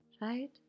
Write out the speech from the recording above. right